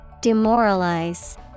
Demoralize